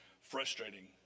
frustrating